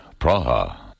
Praha